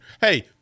Hey